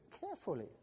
carefully